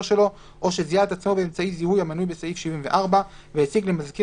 שלו או שזיהה את עצמו באמצעי זיהוי המנוי בסעיף 74 והציג למזכיר